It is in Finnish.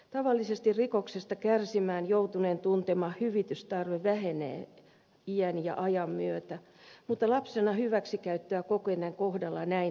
tavallisesti rikoksesta kärsimään joutuneen tuntema hyvitystarve vähenee iän ja ajan myötä mutta lapsena hyväksikäyttöä kokeneen kohdalla näin ei käy